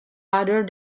other